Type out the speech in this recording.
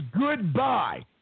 goodbye